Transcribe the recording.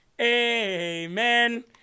Amen